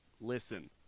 listen